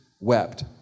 wept